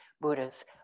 Buddhas